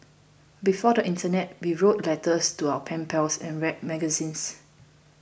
before the internet we wrote letters to our pen pals and read magazines